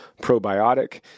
probiotic